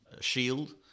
shield